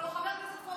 סליחה,